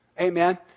Amen